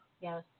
Yes